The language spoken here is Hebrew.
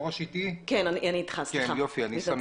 ואני יודע